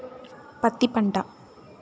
పత్తి పంట